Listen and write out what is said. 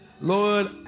Lord